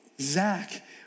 Zach